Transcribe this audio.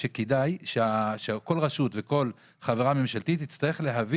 אני חושב שכדאי שכל רשות וכל חברה ממשלתית תצטרך להביא